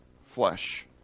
flesh